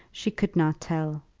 she could not tell.